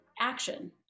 action